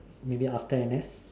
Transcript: maybe after N_S